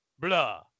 Blah